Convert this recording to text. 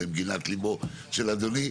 למגינת ליבו של אדוני,